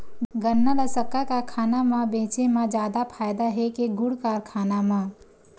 गन्ना ल शक्कर कारखाना म बेचे म जादा फ़ायदा हे के गुण कारखाना म?